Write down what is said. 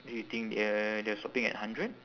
do you think they are they are stopping at hundred